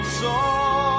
song